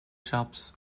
shops